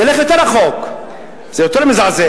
נלך יותר רחוק, זה יותר מזעזע,